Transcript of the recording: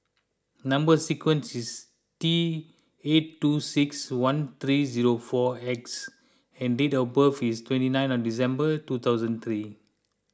Number Sequence is T eight two six one three zero four X and date of birth is twenty nine on December two thousand three